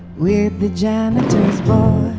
with the janitor's boy,